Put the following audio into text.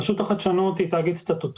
רשות החדשנות היא תאגיד סטטוטורי.